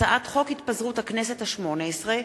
הצעת חוק התפזרות הכנסת השמונה-עשרה,